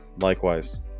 likewise